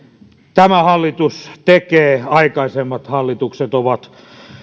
tämä hallitus tekee aikaisemmat hallitukset ovat